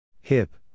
HIP